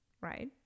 right